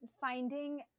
finding